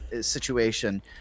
situation